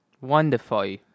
Wonderful